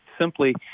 Simply